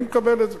אני מקבל את זה.